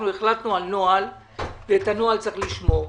החלטנו על נוהל שעליו צריך לשמור.